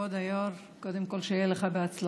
כבוד היו"ר, קודם כול שיהיה לך בהצלחה.